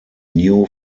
new